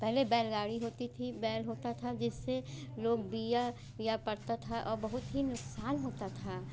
पहेले बैलगाड़ी होती थी बैल होता था जिससे लोग बीया या पड़ता था और बहुत ही नुक़सान होता था